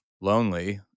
lonely